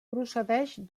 procedeix